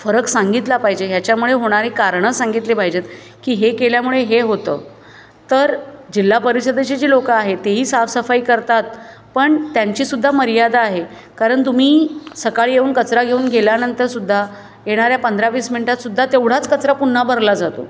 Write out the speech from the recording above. फरक सांगितला पाहिजे ह्याच्यामुळे होणारी कारणं सांगितली पाहिजेत कि हे केल्यामुळे हे होतं तर जिल्हा परिषदेची जी लोक आहेत ते ही साफसफाई करतात पण त्यांची सुद्धा मर्यादा आहे कारण तुम्ही सकाळी येऊन कचरा घेऊन गेल्यानंतर सुद्धा येणाऱ्या पंधरा वीस मिनटांत सुद्धा तेवढाच कचरा पुन्हा भरला जातो